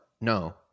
No